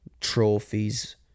trophies